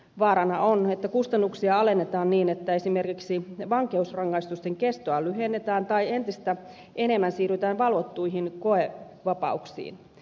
vaarana on että kustannuksia alennetaan niin että esimerkiksi vankeusrangaistusten kestoa lyhennetään tai entistä enemmän siirrytään valvottuihin koevapauksiin